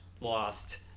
Lost